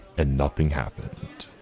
and nothing happened.